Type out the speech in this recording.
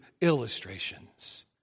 illustrations